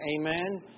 Amen